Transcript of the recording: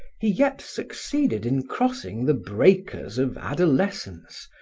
he yet succeeded in crossing the breakers of adolescence,